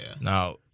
now